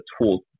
tools